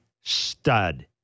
stud